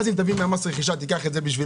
אם תביא ממס הרכישה ותיקח את זה בשביל